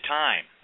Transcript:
time